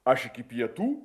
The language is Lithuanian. aš iki pietų